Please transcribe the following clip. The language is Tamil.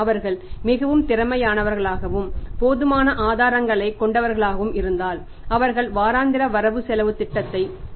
அவர்கள் மிகவும் திறமையானவர்களாகவும் போதுமான ஆதாரங்களைக் கொண்டவர்களாகவும் இருந்தால் அவர்கள் வாராந்திர வரவு செலவுத் திட்டங்களைத் தயாரிக்கிறார்கள்